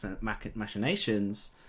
machinations